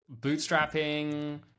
bootstrapping